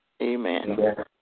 Amen